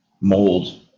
mold